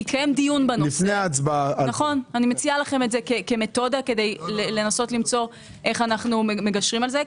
אני מציעה את זה כמתודה כדי לראות איך אנו מגשרים על זה.